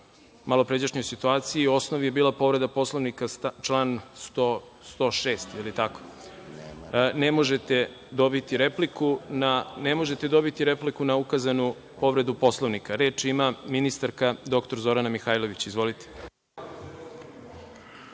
malopređašnjoj situaciji. Osnov je bila povreda Poslovnika član 106.Ne možete dobiti repliku na ukazanu povredu Poslovnika. Reč ima ministarka dr Zorana Mihajlović. Izvolite.